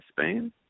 Spain